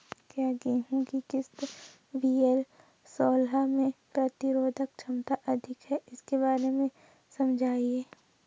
क्या गेहूँ की किस्म वी.एल सोलह में प्रतिरोधक क्षमता अधिक है इसके बारे में समझाइये?